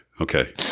Okay